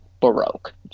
Baroque